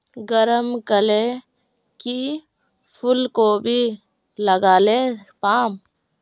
गरम कले की फूलकोबी लगाले पाम?